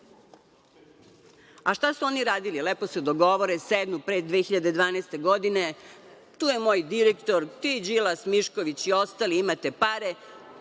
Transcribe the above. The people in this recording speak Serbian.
A šta su oni radili? Lepo se dogovore, sednu pre 2012. godine, tu je moj direktor, ti Đilas, Mišković i ostali imate pare,